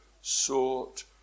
sought